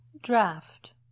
draft